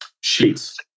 Sheets